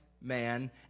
man